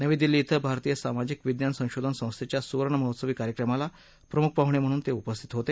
नवी दिल्ली ध्वे भारतीय सामाजिक विज्ञान संशोधन संस्थेच्या सुवर्ण महोत्सवी कार्यक्रमाला प्रमुख पाहुणे म्हणून ते उपस्थित होते